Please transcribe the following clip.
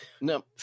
no